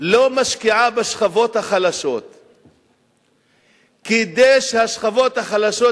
לא משקיעה בשכבות החלשות כדי שהשכבות החלשות